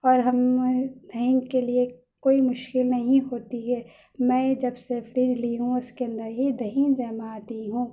اور ہم دہی کے لیے کوئی مشکل نہیں ہوتی ہے میں جب سے فریج لی ہوں اس کے اندر ہی دہی جماتی ہوں